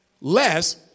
less